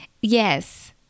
Yes